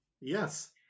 Yes